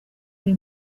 ari